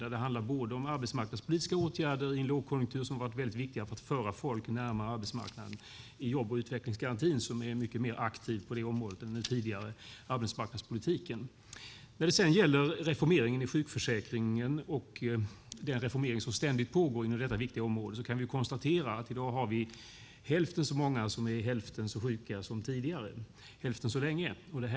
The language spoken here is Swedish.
Där handlar det både om arbetsmarknadspolitiska åtgärder i en lågkonjunktur, som har varit väldigt viktiga för att föra folk närmare arbetsmarknaden, och om jobb och utvecklingsgarantin, som är mycket mer aktiv på det området än den tidigare arbetsmarknadspolitiken var. När det sedan gäller reformeringen av sjukförsäkringen och den reformering som ständigt pågår inom detta viktiga område kan vi konstatera att vi i dag har hälften så många som är hälften så sjuka hälften så länge som tidigare.